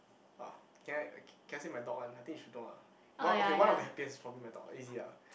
!wah! can I can I say my dog one I think you know ah one okay one of the happiest for me my dog easier ah